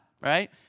right